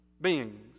beings